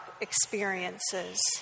experiences